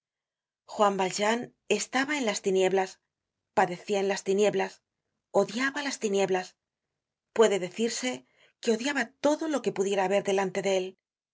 juan valjean estaba en las tinieblas padecia en las tinieblas odiaba en las tinieblas puede decirse que odiaba todo lo que pudiera haber delante de él